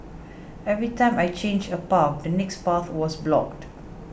every time I changed a path the next path was blocked